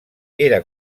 era